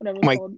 Mike